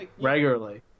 regularly